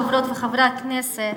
חברות וחברי הכנסת,